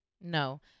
No